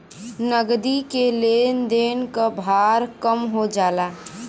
नगदी के लेन देन क भार कम हो जाला